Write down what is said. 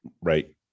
Right